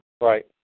Right